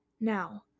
Now